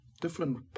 different